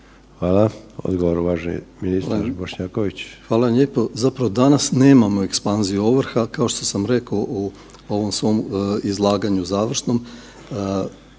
Hvala. Odgovor, uvaženi ministar Bošnjaković. **Bošnjaković, Dražen (HDZ)** Hvala lijepo. Zapravo danas nemamo ekspanziju ovrha, kao što sam rekao u ovom svom izlaganju završnom,